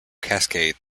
cascade